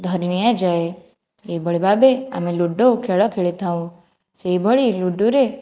ଧରି ନିଆଯାଏ ଏହିଭଳି ଭାବେ ଆମେ ଲୁଡୁ ଖେଳ ଖେଳିଥାଉ ସେହି ଭଳି ଲୁଡୁରେ